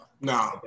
no